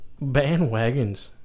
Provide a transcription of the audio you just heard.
Bandwagons